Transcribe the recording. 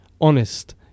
honest